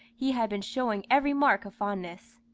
he had been showing every mark of fondness.